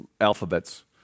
alphabets